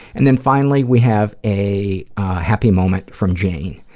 and then finally, we have a happy moment from jane,